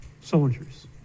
soldiers